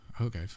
Okay